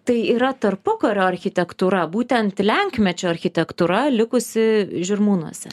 tai yra tarpukario architektūra būtent lenkmečio architektūra likusi žirmūnuose